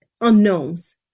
unknowns